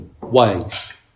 ways